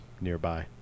nearby